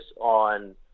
on